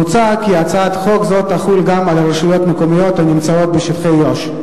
מוצע כי הצעת חוק זו תחול גם על רשויות מקומיות הנמצאות בשטחי יו"ש.